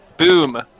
Boom